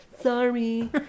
sorry